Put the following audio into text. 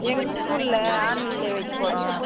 எங்கள் ஸ்கூலில் annual day வைக்க போகறோம்